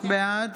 בעד